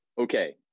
okay